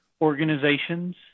organizations